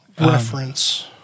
reference